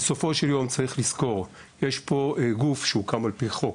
בסופו של יום צריך לזכור: יש פה גוף שהוקם על פי חוק.